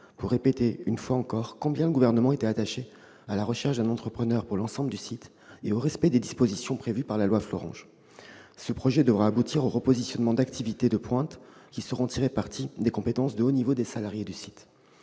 il a répété une fois encore combien le Gouvernement est attaché à la recherche d'un repreneur pour l'ensemble du site et au respect des dispositions de la loi Florange. Ce projet devra aboutir au repositionnement d'activités de pointe, qui sauront tirer parti des compétences de haut niveau dont disposent les salariés du site.